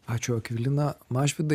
ačiū akvilina mažvydai